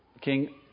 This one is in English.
King